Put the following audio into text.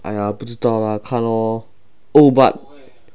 哎呀不知道啦看咯 oh but